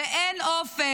ואין אופק,